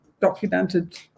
documented